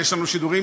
יש לנו שידורים